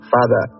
Father